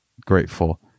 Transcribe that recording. grateful